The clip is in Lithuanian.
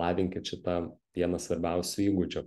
lavinkit šitą vieną svarbiausių įgūdžių